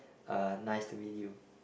uh nice to meet you